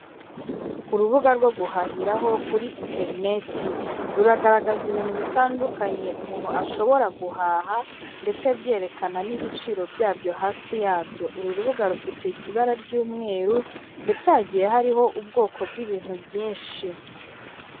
Urubuga rwo guhahiraho kuri interinete ruragaragaza ibintu bitandukanye, umuntu ashobora guhaha ndetse byerekana n'ibiciro byabyo hasi yabyo. Uru urubuga rufite ibara ry'umweru ndetse hagiye hariho ubwo ko bw'ibintu byinshi.